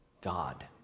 God